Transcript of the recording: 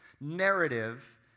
narrative